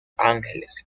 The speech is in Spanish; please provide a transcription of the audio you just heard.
angeles